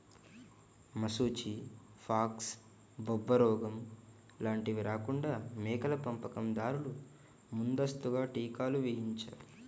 మశూచి, ఫాక్స్, బొబ్బరోగం లాంటివి రాకుండా మేకల పెంపకం దారులు ముందస్తుగా టీకాలు వేయించాలి